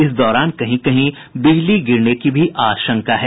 इस दौरान कहीं कहीं बिजली गिरने की भी आशंका है